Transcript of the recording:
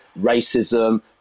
Racism